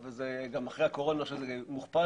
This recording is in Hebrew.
א' בגלל ההיגיינה,